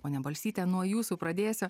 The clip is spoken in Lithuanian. ponia balsyte nuo jūsų pradėsiu